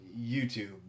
YouTube